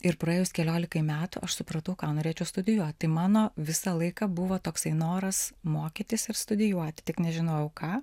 ir praėjus keliolikai metų aš supratau ką norėčiau studijuot tai mano visą laiką buvo toksai noras mokytis ir studijuoti tik nežinojau ką